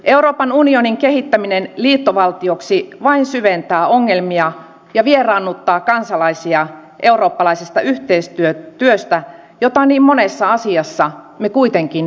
euroopan unionin kehittäminen liittovaltioksi vain syventää ongelmia ja vieraannuttaa kansalaisia eurooppalaisesta yhteistyöstä jota niin monessa asiassa me kuitenkin tarvitsemme